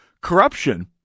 corruption